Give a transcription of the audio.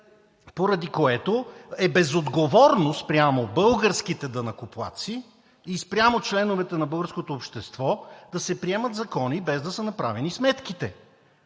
Поради което е безотговорно спрямо българските данъкоплатци и спрямо членовете на българското общество да се приемат закони, без да са направени сметките!